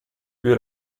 più